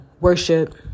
worship